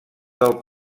del